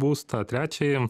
būstą trečiąjį